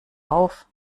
auf